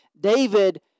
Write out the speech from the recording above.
David